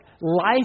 life